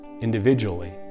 individually